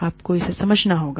आपको इसे समझना होगा